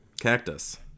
Cactus